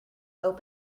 opened